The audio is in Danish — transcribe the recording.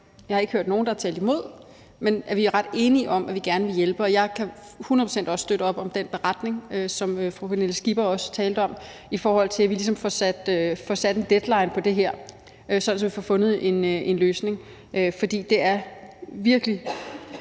jeg har ikke hørt nogen, der har talt imod – er enige om, at vi gerne vil hjælpe, og jeg kan hundrede procent også støtte op om den beretning, som fru Pernille Skipper også talte om, i forhold til at vi ligesom får sat en deadline for det her, sådan at vi får fundet en løsning. For det, de